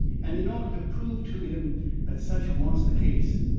and in order to prove to him that such was the case,